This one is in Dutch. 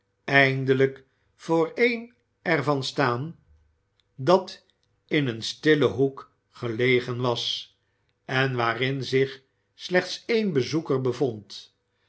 nog in een stillen hoek gelegen was en waarin zich slechts één bezoeker bevond